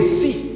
see